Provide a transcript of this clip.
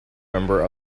member